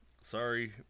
sorry